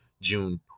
June